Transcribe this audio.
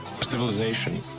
civilization